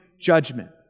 judgment